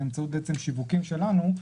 באמצעות שיווקים שלנו,